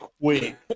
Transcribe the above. quick